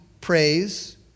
praise